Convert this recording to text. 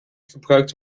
gebruikt